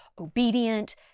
obedient